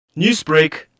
Newsbreak